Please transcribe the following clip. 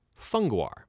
Funguar